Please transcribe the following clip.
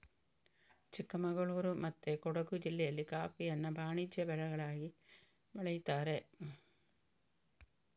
ಚಿಕ್ಕಮಗಳೂರು ಮತ್ತೆ ಕೊಡುಗು ಜಿಲ್ಲೆಯಲ್ಲಿ ಕಾಫಿಯನ್ನ ವಾಣಿಜ್ಯ ಬೆಳೆಯಾಗಿ ಬೆಳೀತಾರೆ